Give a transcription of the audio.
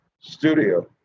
Studio